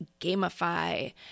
gamify